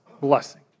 blessing